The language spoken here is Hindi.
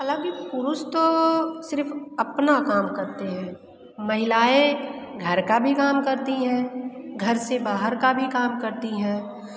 हालाँकि पुरुष तो सिर्फ़ अपना काम करते हैं महिलाएँ घर का भी काम करती है घर से बाहर का भी काम करती है